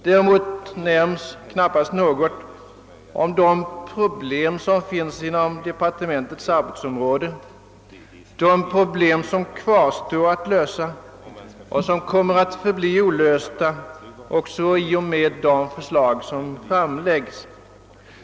Däremot nämns knappast något om de problem som finns inom departementets arbetsområde, de problem som kvarstår att lösa och som kommer att förbli olösta också i och med de förslag som framläggs.